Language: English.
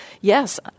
yes